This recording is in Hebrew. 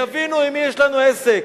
יבינו עם מי יש לנו עסק.